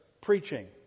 preaching